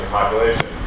population